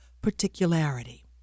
particularity